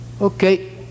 Okay